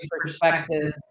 perspective